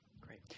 Great